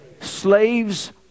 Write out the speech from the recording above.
Slaves